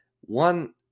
One